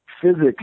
physics